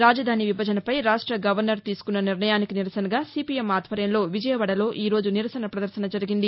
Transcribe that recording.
రాజధాని విభజనపై రాష్ట గవర్నర్ తీసుకున్న నిర్ణయానికి నిరసనగా సిపిఎం ఆధ్వర్యంలో విజయవాదలో ఈ రోజు నిరసన పదర్భన జరిగింది